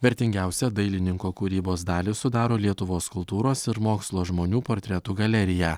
vertingiausią dailininko kūrybos dalį sudaro lietuvos kultūros ir mokslo žmonių portretų galerija